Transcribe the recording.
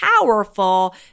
powerful